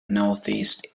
northeast